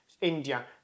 India